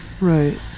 Right